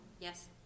Yes